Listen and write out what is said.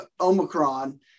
Omicron